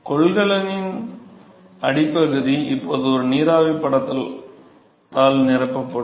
கொள்கலனின் அடிப்பகுதி இப்போது ஒரு நீராவி படலத்தால் நிரப்பப்படும்